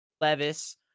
Levis